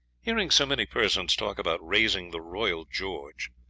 hearing so many persons talk about raising the royal george,